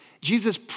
Jesus